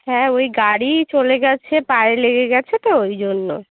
হ্যাঁ ওই গাড়িই চলে গেছে পায়ে লেগে গেছে তো ওই জন্যই